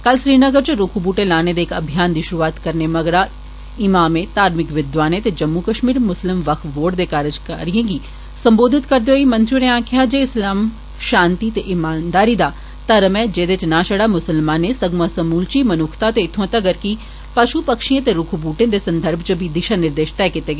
कल श्रीनगर च रूख बेहटे लाने दे इक अभियान दी शुरूआत कराने मगरा इमामें धार्मिक विद्वानें ते जम्मू कश्मीर मुस्लिम वक्फ बोर्ड दे कार्जकारियें गी सम्बोधित करदे होई मंत्री होरें आक्खेआ जे इस्लाम शांति ते इमानदारी दा धर्म ऐ जेदे च न शड़ा मुस्लमानें सगुआ समूलची मनुक्खता ते इत्थू तगर कि पशुंए पक्षियें ते रूख बूहटें दे संदर्भ च बी दिशा निर्देश तैह् कीते देन